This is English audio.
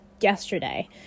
yesterday